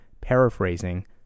paraphrasing